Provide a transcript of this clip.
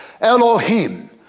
Elohim